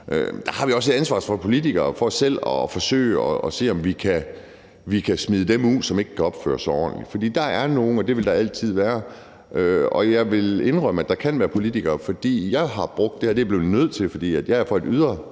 Der har vi også et ansvar som politikere for selv at forsøge at se, om vi kan smide dem ud, som ikke opfører sig ordentligt. For der er nogen, og det vil der altid være, og jeg vil indrømme, at det kan være politikere. Jeg har brugt det, og det blev jeg nødt til, for jeg er fra et